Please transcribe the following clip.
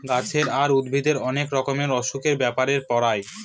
গাছের আর উদ্ভিদের অনেক রকমের অসুখের ব্যাপারে পড়ায়